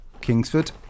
Kingsford